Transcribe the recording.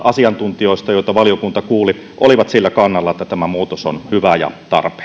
asiantuntijoista joita valiokunta kuuli oli sillä kannalla että tämä muutos on hyvä ja tarpeellinen tämä